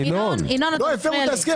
ינון, אתה מפריע לי.